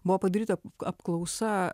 buvo padaryta apklausa